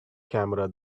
camera